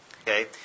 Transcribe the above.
Okay